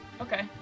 Okay